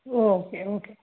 okay okay